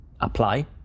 apply